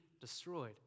destroyed